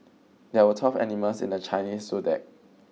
there were twelve animals in the Chinese Zodiac